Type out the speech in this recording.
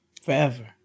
forever